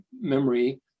memory